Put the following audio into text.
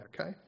okay